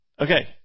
Okay